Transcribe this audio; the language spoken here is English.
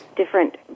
different